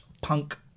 Punk